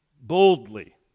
boldly